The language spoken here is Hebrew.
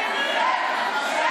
לך,